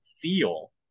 feel